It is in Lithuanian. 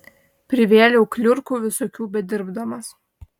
privėliau kliurkų visokių bedirbdamas